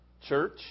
church